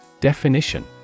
Definition